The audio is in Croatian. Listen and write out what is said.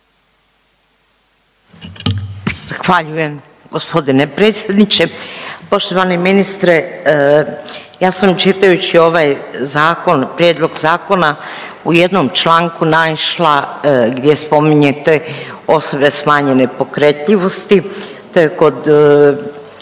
Zahvaljujem gospodine predsjedniče. Poštovani ministre ja sam čitajući ovaj zakon, prijedlog zakona u jednom članku naišla gdje spominjete osobe smanjene pokretljivosti, te kod